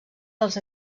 dels